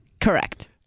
Correct